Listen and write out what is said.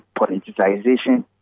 politicization